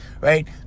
right